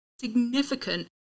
significant